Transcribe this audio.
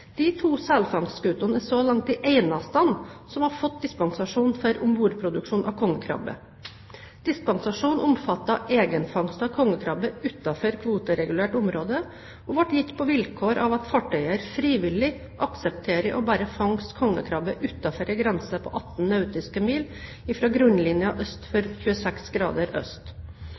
De to selfangstskutene er så langt de eneste som har fått dispensasjon for ombordproduksjon av kongekrabbe. Dispensasjonen omfatter egenfangst av kongekrabbe utenfor kvoteregulert område, og ble gitt på vilkår av at fartøyeier frivillig aksepterer å bare fangste kongekrabbe utenfor en grense på 18 nautiske mil fra grunnlinjen øst for 26 grader øst.